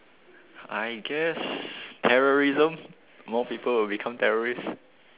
I guess terrorism more people will become terrorist